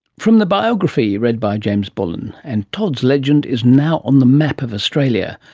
from the biography, read by james bullen. and todd's legend is now on the map of australia.